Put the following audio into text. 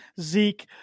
Zeke